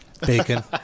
Bacon